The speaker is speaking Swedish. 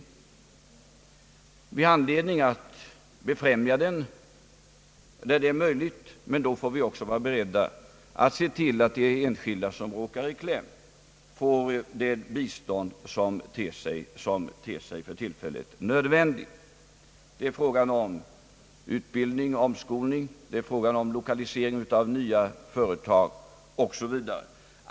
Det finns anledning att befrämja den när det är möjligt, men då får vi också vara beredda att se till att enskilda som råkar i kläm får det bistånd som för tillfället är nödvändigt. Det är fråga om utbildning, omskolning, lokalisering av nya företag o. s. v.